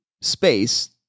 space